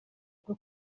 bwo